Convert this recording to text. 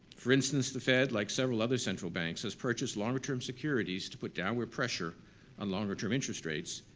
for instance, the fed, like several other central banks, has purchased longer-term securities to put downward pressure on longer-term interest rates,